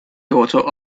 daughter